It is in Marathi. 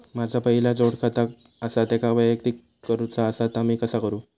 माझा पहिला जोडखाता आसा त्याका वैयक्तिक करूचा असा ता मी कसा करू?